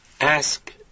ask